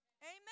Amen